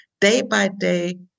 day-by-day